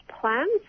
plans